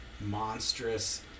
monstrous